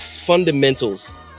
Fundamentals